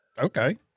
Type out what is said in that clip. Okay